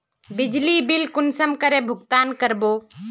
बिजली बिल कुंसम करे भुगतान कर बो?